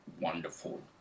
wonderful